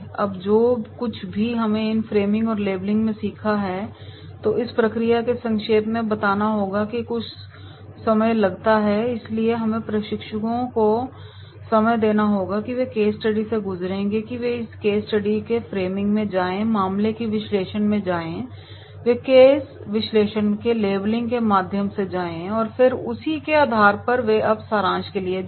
अब जो कुछ भी हमने इन फ्रेमिंग और लेबलिंग में सीखा हैतो इस प्रक्रिया को संक्षेप में बताने के दौरान कुछ समय लग सकता है इसलिए हमें प्रशिक्षुओं को समय देना होगा कि वे केस स्टडी से गुजरेंगे कि वे इस केस स्टडी के फ्रेमिंग में जाए मामले के विश्लेषण में जाए वे केस विश्लेषण के लेबलिंग के माध्यम से जाएं और फिर उसी के आधार पर वे अब सारांश के लिए जाएं